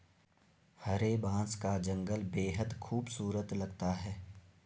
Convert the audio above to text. हरे बांस का जंगल बेहद खूबसूरत लगता है